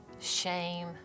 shame